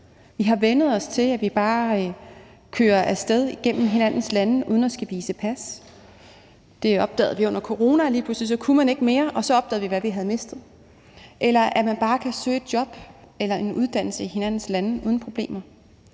Vi har vænnet os til, at vi bare kører af sted gennem hinandens lande uden at skulle vise pas. Det opdagede vi under corona. Lige pludselig kunne man ikke det mere, og så opdagede vi, hvad vi havde mistet. Man kan søge et job eller en uddannelse i hinandens lande uden problemer.